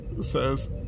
says